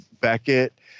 Beckett